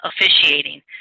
officiating